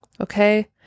Okay